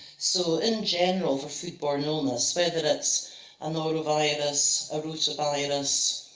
so, in general, for foodborne illness, whether it's a norovirus, a rotavirus,